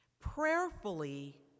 prayerfully